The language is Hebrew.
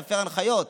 להפר הנחיות,